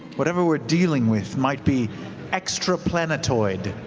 whatever we're dealing with might be extra-planetoid.